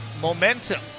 momentum